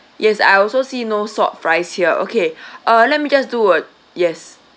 yes I also see no salt fries here okay uh let me just do a yes